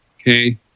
okay